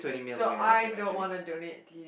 so I don't wanna donate to you